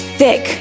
thick